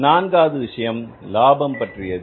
நான்காவது விஷயம் லாபம் பற்றியது